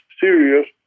serious